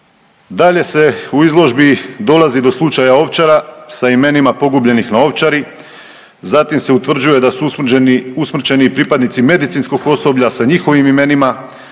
Dalje se u izložbi dolazi do slučaja Ovčara sa imenima pogubljenih na Ovčari, zatim se utvrđuje da su usmrćeni i pripadnici medicinskog osoblja sa njihovim imenima,